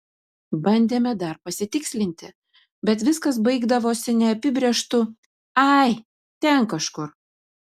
bandėme dar pasitikslinti bet viskas baigdavosi neapibrėžtu ai ten kažkur